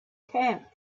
camp